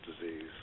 disease